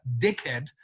dickhead